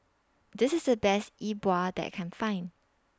This IS The Best E Bua that I Can Find